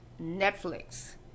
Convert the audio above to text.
Netflix